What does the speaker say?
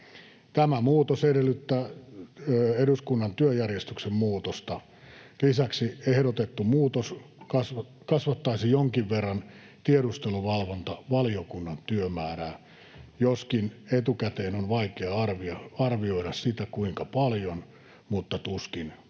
Tämä muutos edellyttää eduskunnan työjärjestyksen muutosta. Lisäksi ehdotettu muutos kasvattaisi jonkin verran tiedusteluvalvontavaliokunnan työmäärää, joskin etukäteen on vaikea arvioida sitä, kuinka paljon, mutta tuskin